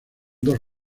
dos